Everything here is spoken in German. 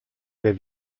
wer